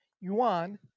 yuan